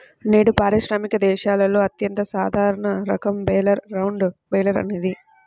నేడు పారిశ్రామిక దేశాలలో అత్యంత సాధారణ రకం బేలర్ రౌండ్ బేలర్ అనేది